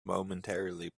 momentarily